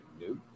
nope